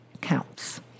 counts